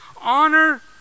honor